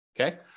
Okay